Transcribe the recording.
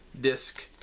disc